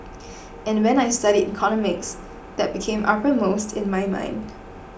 and when I studied economics that became uppermost in my mind